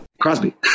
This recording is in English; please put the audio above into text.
Crosby